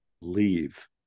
leave